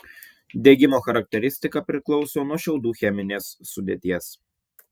degimo charakteristika priklauso nuo šiaudų cheminės sudėties